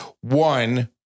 One